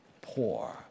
poor